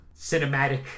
cinematic